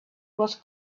was